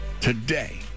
today